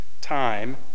time